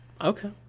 Okay